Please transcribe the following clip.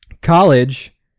college